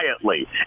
quietly